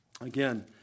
Again